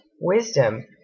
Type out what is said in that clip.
wisdom